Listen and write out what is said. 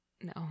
no